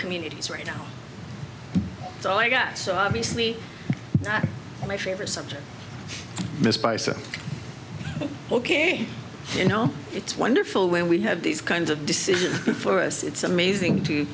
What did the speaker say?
communities right now so i got so obviously my favorite subject this bison ok you know it's wonderful when we have these kinds of decisions for us it's amazing to